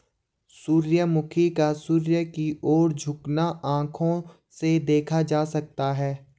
सूर्यमुखी का सूर्य की ओर झुकना आंखों से देखा जा सकता है